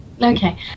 okay